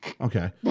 Okay